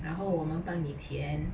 然后我们帮你填